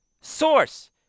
source